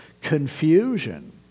confusion